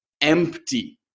empty